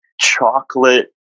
chocolate